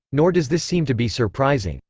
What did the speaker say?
nor does this seem to be surprising.